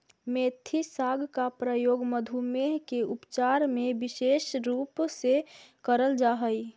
मेथी साग का प्रयोग मधुमेह के उपचार में विशेष रूप से करल जा हई